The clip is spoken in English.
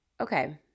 okay